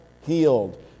healed